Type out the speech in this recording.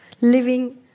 living